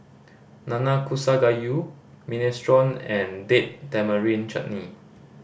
Nanakusa Gayu Minestrone and Date Tamarind Chutney